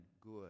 good